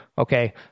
Okay